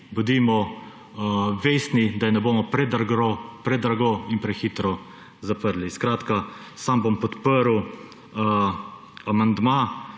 bodimo vestni, da je ne bomo predrago in prehitro zaprli. Skratka, sam bom podprl amandma,